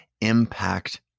impact